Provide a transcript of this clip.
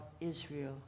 Israel